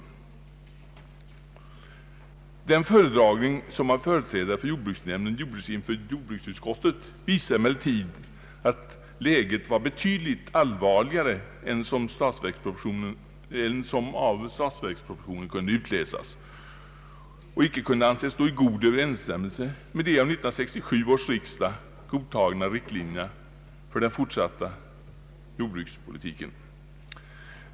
Den föredragning som av företrädare för jordbruksnämnden gjordes inför jordbruksutskottet visade emellertid att läget var betydligt allvarligare än vad som kunde utläsas av statsverkspropositionen och icke kunde anses stå i god överensstämmelse med de av 1967 års riksdag godtagna riktlinjerna för den fortsatta jordbrukspolitiken.